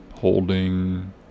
holding